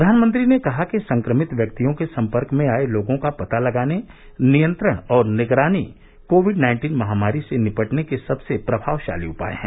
प्रधानमंत्री ने कहा कि संक्रमित व्यक्तियों के सम्पर्क में आए लोगों का पता लगाने नियंत्रण और निगरानी कोविड नाइन्टीन महामारी से निपटने के सबसे प्रभावशाली उपाय हैं